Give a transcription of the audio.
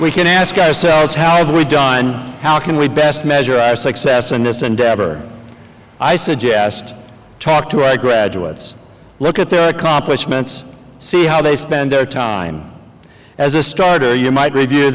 we can ask ourselves how have we done how can we best measure our success in this endeavor i suggest talk to our graduates look at their accomplishments see how they spend their time as a starter you might review